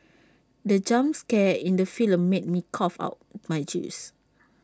the jump scare in the film made me cough out my juice